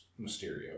Mysterio